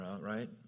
right